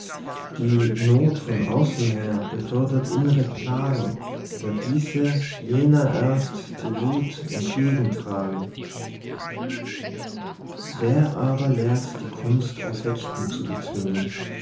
die not von außenher befördert innre plagen da diese jener erst die wut entgegen tragen wer aber lehrt die kunst affekten zu bezwingen